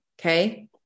okay